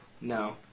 No